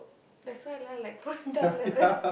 that's why lah like Punitha like that